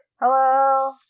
hello